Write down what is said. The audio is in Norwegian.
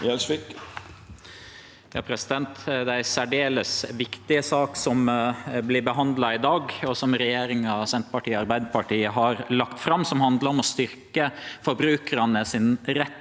Gjelsvik (Sp) Det er ei særdeles viktig sak som vert behandla i dag, og som regjeringa, Senterpartiet og Arbeidarpartiet, har lagt fram, som handlar om å styrkje forbrukarane sin rett